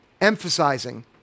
emphasizing